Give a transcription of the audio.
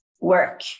work